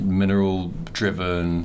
mineral-driven